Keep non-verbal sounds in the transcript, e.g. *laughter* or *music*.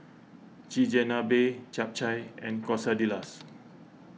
*noise* Chigenabe Japchae and Quesadillas